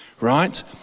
right